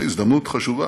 זו הזדמנות חשובה.